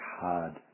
hard